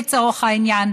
לצורך העניין,